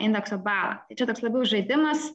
indekso balą tai čia toks labiau žaidimas